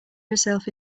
herself